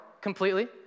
completely